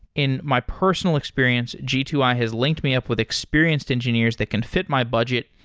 in my personal experience, g two i has linked me up with experienced engineers that can fit my budget,